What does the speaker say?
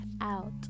out